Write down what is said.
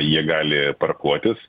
jie gali parkuotis